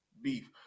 beef